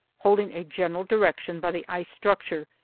holding a general direction by the ice-structure,